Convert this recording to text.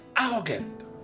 arrogant